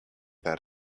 that